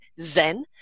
zen